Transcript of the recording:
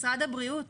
משרד הבריאות,